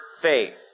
faith